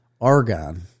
Argon